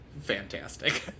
fantastic